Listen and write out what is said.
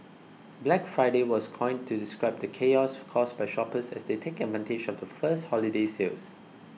Black Friday was coined to describe the chaos caused by shoppers as they take advantage of the first holiday sales